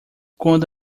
quando